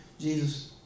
Jesus